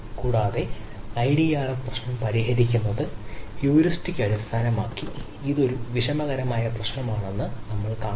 കൂടാതെ IDRM പ്രശ്നം പരിഹരിക്കുന്നത് ഹ്യൂറിസ്റ്റിക് അടിസ്ഥാനമാക്കി ഇത് ഒരു വിഷമകരമായ പ്രശ്നമാണെന്ന് നമ്മൾ കാണും